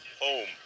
home